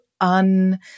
un